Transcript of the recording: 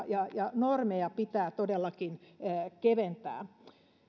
ja ja normeja pitää todellakin keventää